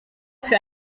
für